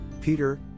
Peter